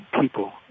people